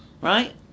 Right